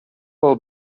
will